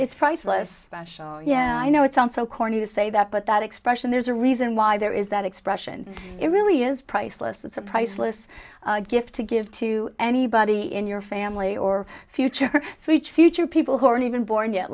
it's priceless yeah i know it sounds so corny to say that but that expression there's a reason why there is that expression it really is priceless it's a priceless gift to give to anybody in your family or future reach future people who aren't even born yet